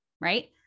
right